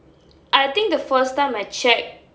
I think the first time I check